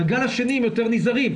בגל השני הם יותר נזהרים,